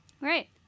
Right